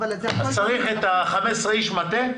צריך 15 אנשים במטה,